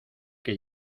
que